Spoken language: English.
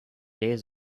days